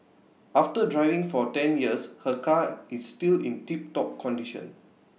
after driving for ten years her car is still in tiptop condition